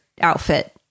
outfit